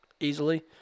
Easily